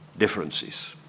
differences